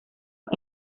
los